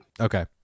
Okay